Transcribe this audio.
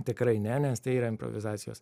tikrai ne nes tai yra improvizacijos